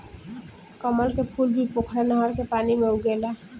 कमल के फूल भी पोखरा नहर के पानी में उगेला